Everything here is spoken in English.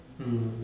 mm